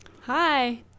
Hi